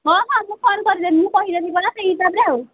ହଁ ହଁ ମୁଁ ଫୋନ୍ କରିଦେମି ମୁଁ କହିଦେମି ପରା ସେଇ ହିସାବରେ ଆଉ